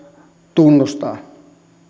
tunnustaa